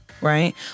right